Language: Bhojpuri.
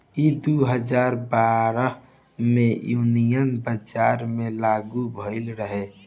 ई दू हजार बारह मे यूनियन बजट मे लागू भईल रहे